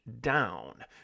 down